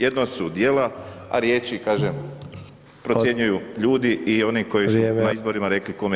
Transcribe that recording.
Jedno su dijela, a riječi, kažem, procjenjuju ljudi [[Upadica: Vrijeme]] i oni koji su na izborima rekli kome to daju.